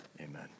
amen